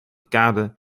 kade